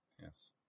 Yes